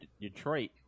Detroit